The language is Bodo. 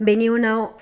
बेनि उनाव